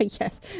yes